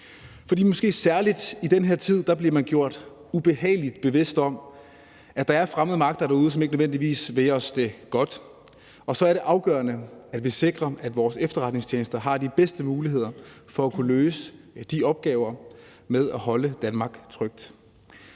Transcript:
særlig i den her tid bliver man gjort ubehagelig bevidst om, at der er fremmede magter derude, som ikke nødvendigvis vil os det godt, og så er det afgørende, at vi sikrer, at vores efterretningstjenester har de bedste muligheder for at kunne løse de opgaver med at holde Danmark trygt.